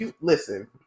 Listen